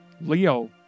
Leo